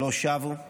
שלא שבו,